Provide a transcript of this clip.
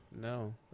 no